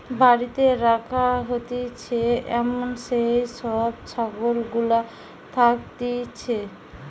বাড়িতে রাখা হতিছে এমন যেই সব ছাগল গুলা থাকতিছে